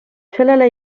sellele